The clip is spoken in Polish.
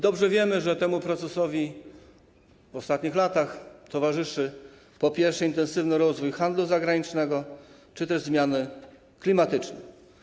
Dobrze wiemy, że temu procesowi w ostatnich latach towarzyszy, po pierwsze, intensywny rozwój handlu zagranicznego czy też zmiany klimatyczne.